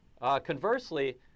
conversely